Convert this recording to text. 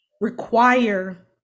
require